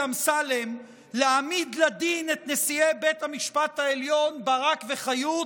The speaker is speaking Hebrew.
אמסלם להעמיד לדין את נשיאי בית המשפט העליון ברק וחיות,